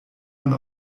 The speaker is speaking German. man